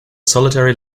solitary